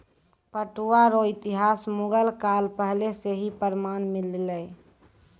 पटुआ रो इतिहास मुगल काल पहले से ही प्रमान मिललै